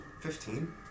Fifteen